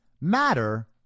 matter